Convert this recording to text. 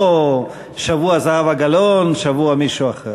לא שבוע זהבה גלאון, שבוע מישהו אחר.